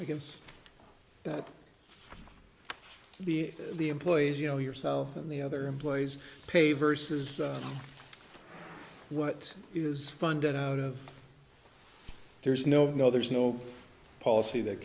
give us that would be the employees you know yourself and the other employees pay versus what is funded out of there's no no there's no policy that